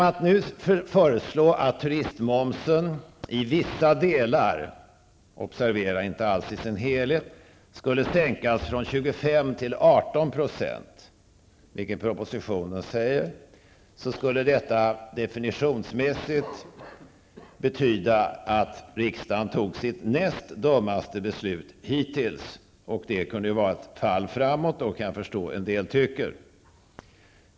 Att turistmomsen nu i vissa delar -- obserevera: inte alls i sin helhet -- skulle sänkas från 25 till 18 %, vilket propositionen säger, skulle definitionsmässigt betyda att riksdagen tog sitt näst dummaste beslut hittills. Det kunde ju vara ett fall framåt, kan jag förstå att en del tycker.